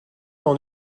d’en